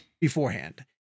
beforehand